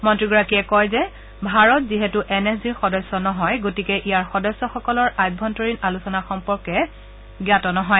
মন্ত্ৰীগৰাকীয়ে কয় যে ভাৰত যিহেতু এন এছ জিৰ সদস্য নহয় গতিকে ইয়াৰ সদস্যসকলৰ আভ্যন্তৰীণ আলোচনা সম্পৰ্কে জ্ঞাত নহয়